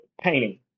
painting